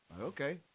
Okay